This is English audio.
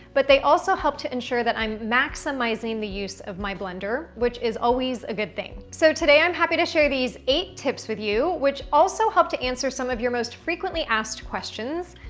but they also help to ensure that i'm maximizing the use of my blender which is always a good thing. so, today i'm happy to share these eight tips with you which also help to answer some of your most frequently asked questions.